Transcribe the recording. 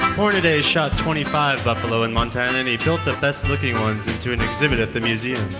hornaday shot twenty five buffalo in montana and he built the best looking ones into an exhibit at the museum.